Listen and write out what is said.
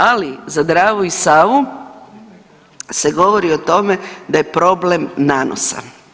Ali za Dravu i Savu se govori o tome da je problem nanosa.